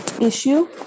issue